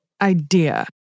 idea